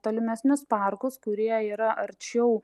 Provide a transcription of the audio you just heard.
tolimesnius parkus kurie yra arčiau